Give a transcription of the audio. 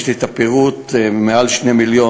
יש לי הפירוט: מעל 2 מיליון